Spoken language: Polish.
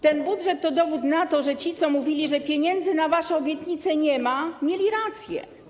Ten budżet to dowód na to, że ci, co mówili, że pieniędzy na wasze obietnice nie ma, mieli rację.